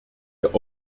der